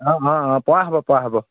অঁ অঁ অঁ পৰা হ'ব পৰা হ'ব